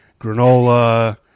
granola